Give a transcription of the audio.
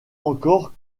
encore